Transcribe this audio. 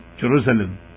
Jerusalem